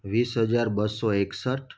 વીસ હજાર બસો એકસઠ